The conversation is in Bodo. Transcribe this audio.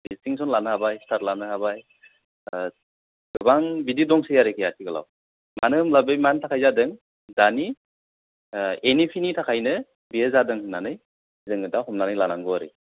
डिसटिंसन लानो हाबाय स्टार लानो हाबाय गोबां बिदि दंसै आरोखि आथिखालाव मानो होनबा बे मानि थाखाय जादों दानि एन इ पि नि थाखायनो बेयो जादों होन्नानै जोङो दा हमनानै लानांगौ आरोखि